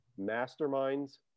masterminds